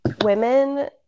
women –